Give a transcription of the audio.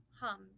hum